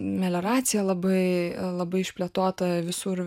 melioracija labai labai išplėtota visur